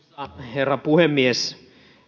herra puhemies